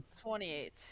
twenty-eight